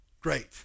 Great